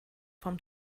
vom